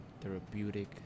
therapeutic